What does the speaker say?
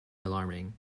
alarming